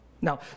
now